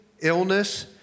illness